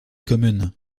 communes